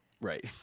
Right